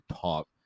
top